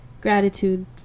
gratitude